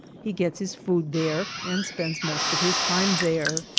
he gets his food there and spends most of his time there.